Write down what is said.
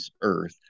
earth